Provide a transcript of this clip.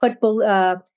put